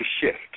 shift